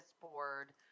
board